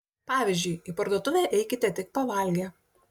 pavyzdžiui į parduotuvę eikite tik pavalgę